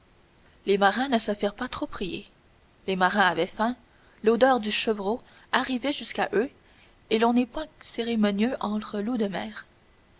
les marins ne se firent pas trop prier les marins avaient faim l'odeur du chevreau arrivait jusqu'à eux et l'on n'est point cérémonieux entre loups de mer